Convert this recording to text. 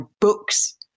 books